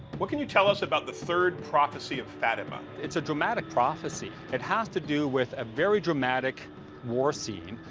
what can you tell us about the third prophecy of fatima? it's a dramatic prophecy. it has to do with a very dramatic war scene,